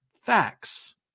facts